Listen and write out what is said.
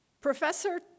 Professor